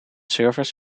service